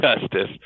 justice